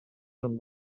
from